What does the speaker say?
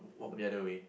the other way